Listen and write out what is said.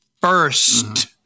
first